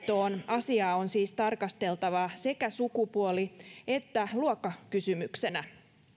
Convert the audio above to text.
asiaa on siis tarkasteltava sekä sukupuoli että luokkakysymyksenä